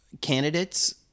candidates